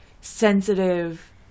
sensitive